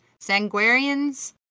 sanguarians